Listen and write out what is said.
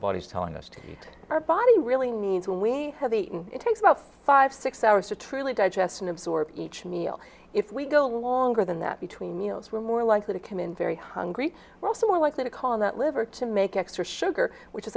body is telling us to our body really needs when we have eaten it takes about five six hours to truly digest and absorb each meal if we go longer than that between meals we're more likely to come in very hungry we're also more likely to call on that liver to make extra sugar which